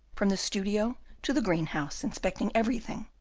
from the studio to the green-house, inspecting everything,